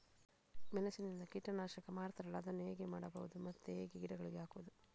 ಮೆಣಸಿನಿಂದ ಕೀಟನಾಶಕ ಮಾಡ್ತಾರಲ್ಲ, ಅದನ್ನು ಹೇಗೆ ಮಾಡಬಹುದು ಮತ್ತೆ ಹೇಗೆ ಗಿಡಗಳಿಗೆ ಹಾಕುವುದು?